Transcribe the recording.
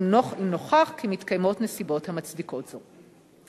אם נוכח כי מתקיימות נסיבות המצדיקות זאת.